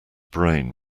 brain